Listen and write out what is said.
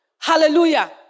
Hallelujah